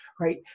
Right